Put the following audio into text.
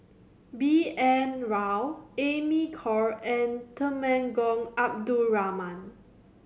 B N Rao Amy Khor and Temenggong Abdul Rahman